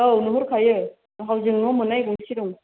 औ नुहरखायो माहाजोन न' मोननाय गंसे दं